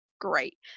great